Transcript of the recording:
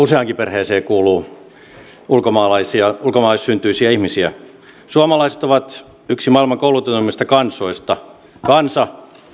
useaan perheeseenkin kuuluu ulkomaalaissyntyisiä ihmisiä suomalaiset ovat yksi maailman koulutetuimmista kansoista kansa